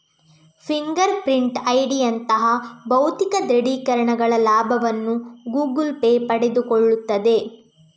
finger print ಐಡಿಯಂತಹ ಭೌತಿಕ ದೃಢೀಕರಣಗಳ ಲಾಭವನ್ನು ಗೂಗಲ್ ಪೇ ಪಡೆದುಕೊಳ್ಳುತ್ತದೆ